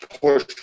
push